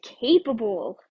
capable